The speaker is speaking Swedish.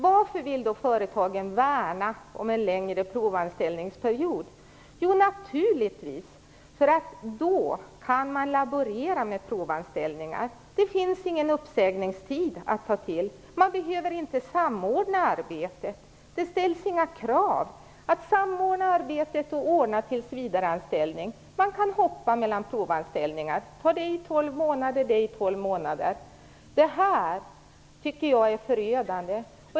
Varför vill då företagen slå vakt om en längre provanställningsperiod? Jo, naturligtvis därför att man då kan laborera med provanställningar. Det finns ingen uppsägningstid. Man behöver inte samordna arbetet. Det ställs inga krav på att samordna arbetet och ordna tillsvidareanställning. Man kan hoppa mellan provanställningar, anställa en i tolv månader, nästa i tolv månader. Det tycker jag är förödande.